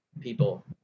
people